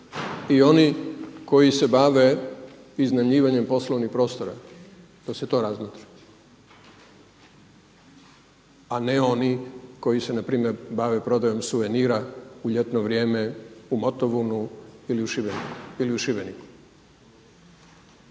i oni koji se bave iznajmljivanjem poslovnih prostora dok se to razmotri. A ne oni koji se npr. bave prodajom suvenira u ljetno vrijeme u Motovunu ili u Šibeniku.